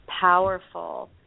powerful